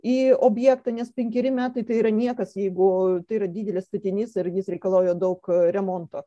į objektą nes penkeri metai tai yra niekas jeigu tai yra didelis statinys ar jis reikalauja daug remonto